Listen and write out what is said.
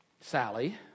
Sally